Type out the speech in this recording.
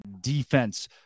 defense